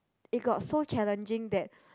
it got so challenging that